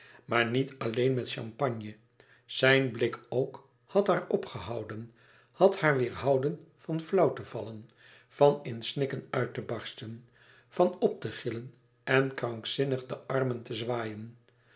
maar niet alleen met champagne zijn blik ook had haar opgehouden had haar weêrhouden van flauw te vallen van in snikken uit te barsten van op te gillen en krankzinnig de armen te zwaaien